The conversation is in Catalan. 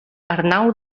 arnau